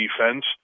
defense